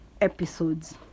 episodes